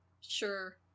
Sure